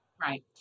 Right